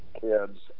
kids